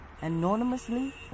anonymously